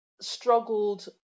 struggled